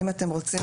אם אתם רוצים,